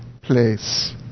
place